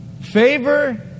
favor